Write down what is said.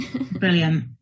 Brilliant